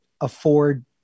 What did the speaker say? afford